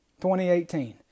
2018